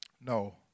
No